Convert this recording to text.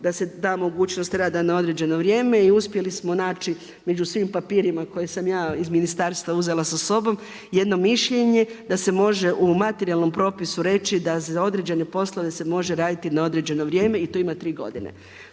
da se da mogućnost rada na određeno vrijeme i uspjeli smo naći među svim papirima koje sam ja iz Ministarstva uzela sa sobom jedno mišljenje da se može u materijalnom propisu reći da za određene poslove se može raditi na određeno vrijeme i to ima tri godine.